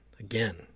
again